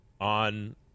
on